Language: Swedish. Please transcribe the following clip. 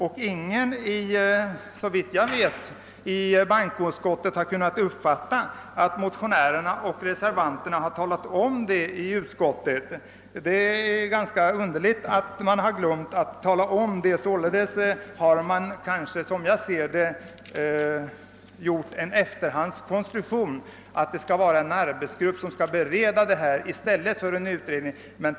Såvitt jag vet har ingen i bankoutskottet kunnat uppfatta att motionärerna och reservanterna har sagt detta i utskottet. Det är ganska underligt att de har glömt det. Som jag ser det har man alltså gjort en efterhandskonstruktion när man menar att det skall vara en arbetsgrupp som skall bereda detta ärende och inte en utredning.